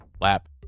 lap